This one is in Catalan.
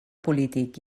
polític